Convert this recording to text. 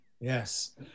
yes